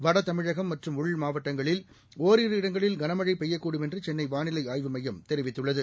வடதமிழகம் மற்றும் உள்மாவட்டங்களில் ஓரிரு இடங்களில் கனமழை பெய்யக்கூடும் என்று சென்னை வானிலை ஆய்வு மையம் தெரிவித்துள்ளது